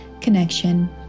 connection